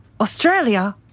Australia